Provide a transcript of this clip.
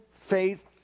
faith